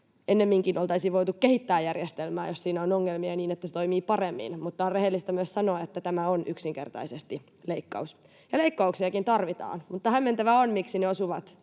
Ennemminkin oltaisiin voitu kehittää järjestelmää, jos siinä on ongelmia, niin että se toimii paremmin, mutta on rehellistä myös sanoa, että tämä on yksinkertaisesti leikkaus. Leikkauksiakin tarvitaan, mutta hämmentävää on, miksi ne osuvat